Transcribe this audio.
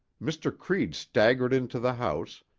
mr. creede staggered into the house,